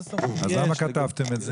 אז למה כתבתם את זה?